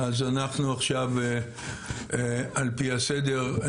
אז אנחנו עכשיו על פי הסדר,